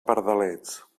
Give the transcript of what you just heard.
pardalets